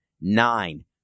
nine